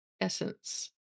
essence